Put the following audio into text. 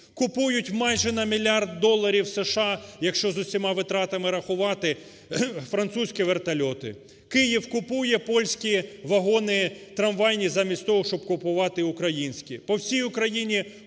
Купують майже на мільярд доларів США, якщо з усіма витратами рахувати, французькі вертольоти. Київ купує польські вагони трамвайні замість того, щоб купувати українське.